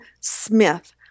Smith